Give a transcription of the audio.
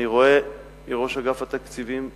אני רואה בראש אגף התקציבים החדש,